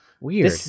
Weird